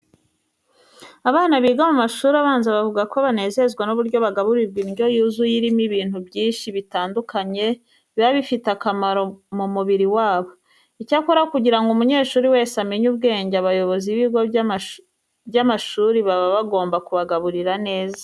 Abana biga mu mashuri abanza bavuga ko banezezwa n'uburyo bagaburirwa indyo yuzuye irimo ibintu byinshi bitandukanye biba bifite akamaro mu mubiri wabo. Icyakora kugira ngo umunyeshuri wese amenye ubwenge, abayobozi b'ibigo by'amasuri baba bagomba kubagaburira neza.